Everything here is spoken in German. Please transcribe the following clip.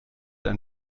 ein